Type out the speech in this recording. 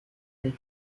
elle